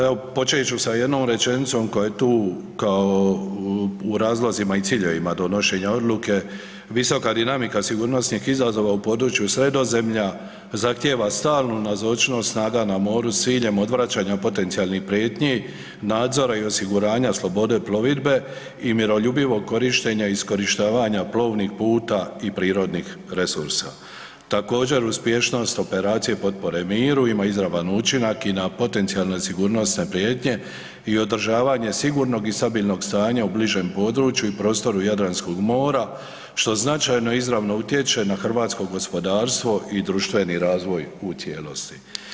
Evo počet ću sa jednom rečenicom koja je tu, kao u razlozima i ciljevima donošenja Odluke, visoka dinamika sigurnosnih izazova u području Sredozemlja zahtjeva stalnu nazočnost snaga na moru s ciljem odvraćanja potencijalnih prijetnji, nadzora i osiguranja slobode plovidbe i miroljubivog korištenja i iskorištavanja plovnih puta i prirodnih resursa, također uspješnost operacije potpore miru ima izravan učinak i na potencijalne sigurnosne prijetnje i održavanje sigurnog i stabilnog stanja u bližem području i prostoru Jadranskog mora što značajno izravno utječe na hrvatsko gospodarstvo i društveni razvoj u cijelosti.